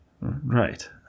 Right